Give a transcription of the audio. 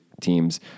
teams